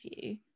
view